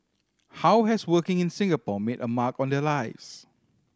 how has working in Singapore made a mark on their lives